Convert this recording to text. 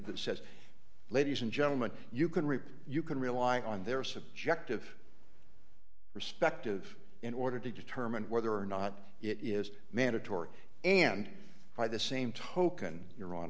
that says ladies and gentlemen you can repeat you can rely on their subjective perspective in order to determine whether or not it is mandatory and by the same token your hon